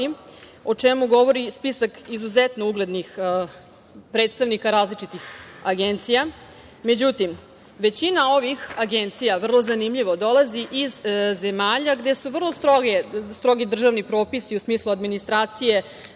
o čemu govori spisak izuzetno uglednih predstavnika različitih agencija.Međutim, većina ovih agencija, vrlo zanimljivo, dolazi iz zemalja gde su vrlo strogi državni propisi u smislu administracije,